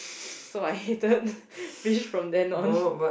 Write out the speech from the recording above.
so I hated fish from then on